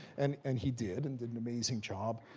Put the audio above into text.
and and he did, and did an amazing job.